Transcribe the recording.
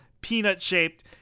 peanut-shaped